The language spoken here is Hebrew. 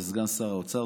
לסגן שר האוצר.